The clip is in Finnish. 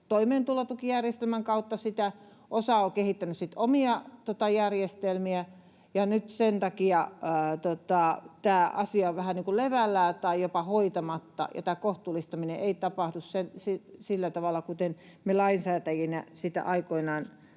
toimeentulotukijärjestelmän kautta sitä, osa on kehittänyt sitten omia järjestelmiä, ja nyt sen takia tämä asia on vähän niin kuin levällään tai jopa hoitamatta, ja tämä kohtuullistaminen ei tapahdu sillä tavalla kuin me lainsäätäjinä aikoinaan